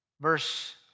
verse